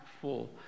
full